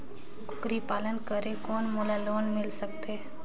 कूकरी पालन करे कौन मोला लोन मिल सकथे?